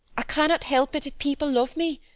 i cannot help it if people love me.